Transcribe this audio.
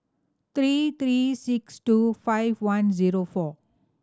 three three six two five one zero four